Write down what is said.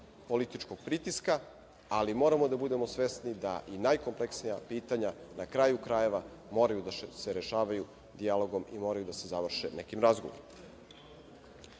političkog pritiska, ali moramo da budemo svesni da i najkompleksnija pitanja na kraju krajeva moraju da se rešavaju dijalogom i moraju da se završe nekim razgovorima. Svako